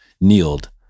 kneeled